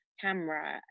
camera